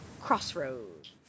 Crossroads